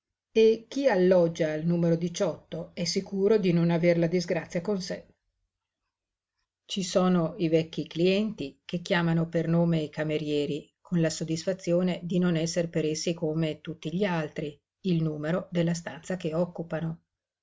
e chi alloggia al numero ciotto è sicuro di non aver la disgrazia con sé ci sono i vecchi clienti che chiamano per nome i camerieri con la soddisfazione di non esser per essi come tutti gli altri il numero della stanza che occupano